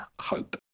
hope